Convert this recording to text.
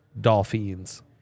Dolphins